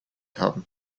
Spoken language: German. haben